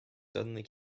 suddenly